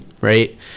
right